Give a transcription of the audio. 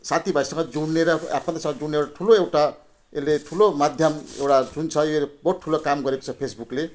साथीभाइसँग जोड्ने र आफन्तसँग जोड्ने एउटा ठुलो एउटा यसले ठुलो माध्यम एउटा जुन छ एउटा बहुत ठुलो काम गरेको छ फेसबुकले